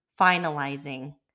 finalizing